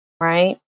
right